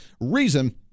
Reason